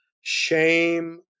shame